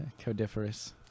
Codiferous